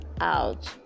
out